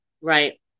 right